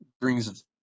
brings